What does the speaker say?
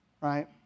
right